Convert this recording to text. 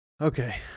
Okay